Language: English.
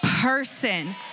person